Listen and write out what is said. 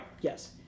yes